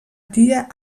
tia